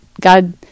God